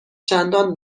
چندان